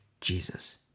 Jesus